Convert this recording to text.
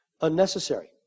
unnecessary